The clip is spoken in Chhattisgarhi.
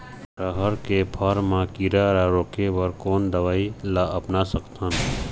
रहर के फर मा किरा रा रोके बर कोन दवई ला अपना सकथन?